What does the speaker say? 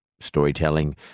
storytelling